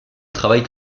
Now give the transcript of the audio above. travaille